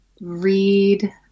read